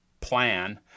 plan